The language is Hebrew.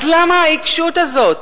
אז למה העיקשות הזאת?